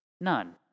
None